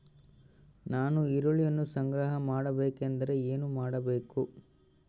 ನಾನು ಈರುಳ್ಳಿಯನ್ನು ಸಂಗ್ರಹ ಮಾಡಬೇಕೆಂದರೆ ಏನು ಮಾಡಬೇಕು?